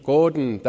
Gordon